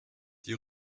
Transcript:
die